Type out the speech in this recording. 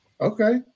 Okay